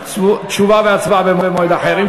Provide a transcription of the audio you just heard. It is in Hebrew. תשובה והצבעה במועד אחר.